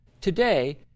Today